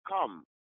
come